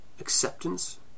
acceptance